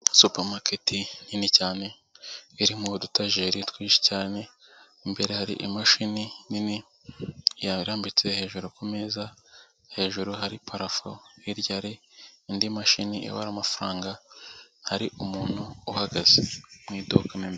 supamaketi nini cyane yaririmo udutajeri twinshi cyane imbere hari imashini nini yarambitse hejuru kumeza, hejuru hari parafu hirya hari indi mashini i ibara amafaranga hari umuntu uhagaze mu iduka.